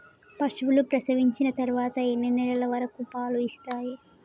పశువులు ప్రసవించిన తర్వాత ఎన్ని నెలల వరకు పాలు ఇస్తాయి?